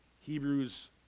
Hebrews